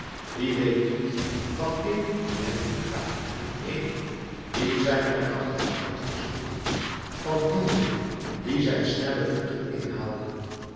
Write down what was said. wie weet niet van leeuw en hydra en ever die zijne krachtige hand versloeg van hinde die zijn snelle voeten in haalden